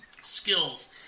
skills